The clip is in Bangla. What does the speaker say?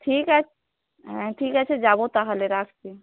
ঠিক আছ হ্যাঁ ঠিক আছে যাবো তাহলে রাখছি